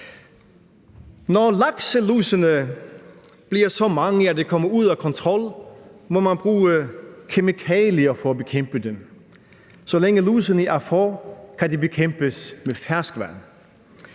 Når lakselusene bliver så mange, at de kommer ud af kontrol, må man bruge kemikalier for at bekæmpe dem. Så længe lusene er få, kan de bekæmpes med ferskvand.